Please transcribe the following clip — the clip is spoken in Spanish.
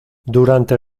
durante